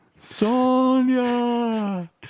Sonia